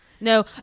No